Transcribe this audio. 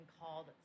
called